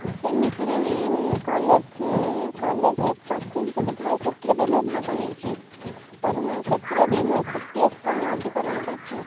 ସେମିତିରେ ବି କଲେଜ କଲେଜରେ ପ୍ରତିଯୋଗିତା ହୋଇ ସେଥିରେ ବି ମୁଁ ଭାଗ ନେଇଛି ତ ସେଥିରେ ବି ମୁଁ ତୃତୀୟ ସ୍ଥାନ ଅଧିକରଣ କରିଛି